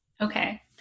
okay